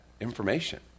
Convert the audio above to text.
information